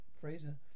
Fraser